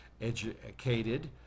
educated